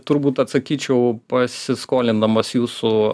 turbūt atsakyčiau pasiskolindamas jūsų